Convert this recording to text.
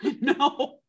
No